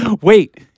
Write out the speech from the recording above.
Wait